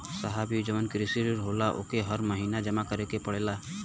साहब ई जवन कृषि ऋण होला ओके हर महिना जमा करे के पणेला का?